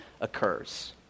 occurs